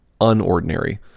unordinary